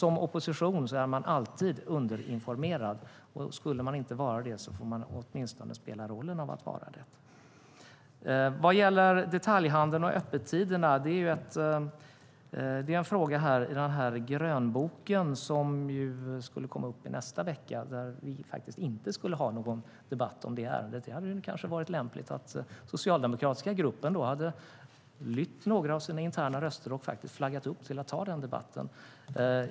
Som opposition är man alltid underinformerad, och skulle man inte vara det får man åtminstone spela rollen av att vara det. Vad gäller detaljhandeln och öppettiderna är det en fråga i den grönbok som skulle komma upp i nästa vecka där vi inte skulle ha någon debatt om det ärendet. Det hade kanske varit lämpligt att den socialdemokratiska gruppen hade lytt några av sina interna röster och faktiskt flaggat upp till att ta den debatten.